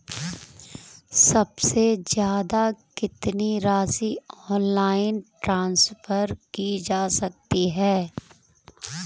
सबसे ज़्यादा कितनी राशि ऑनलाइन ट्रांसफर की जा सकती है?